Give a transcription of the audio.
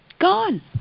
gone